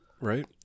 Right